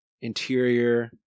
interior